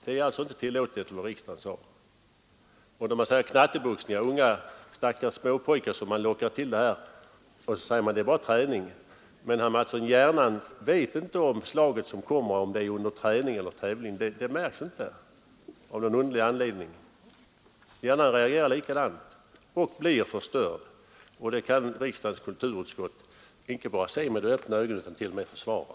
Det är alltså inte tillåtet enligt vad riksdagen sade. Om knatteboxningen — som stackars unga pojkar lockas till — säger man nu att den bara är träning. Men, herr Mattsson, hjärnan vet inte om slaget kommer under träning eller under tävling — det märks inte av någon underlig anledning. Hjärnan reagerar likadant och blir förstörd. Det kan riksdagens kulturutskott icke bara se med öppna ögon utan t.o.m. försvara!